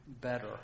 better